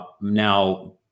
Now